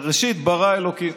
בראשית ברא אלוקים.